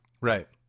Right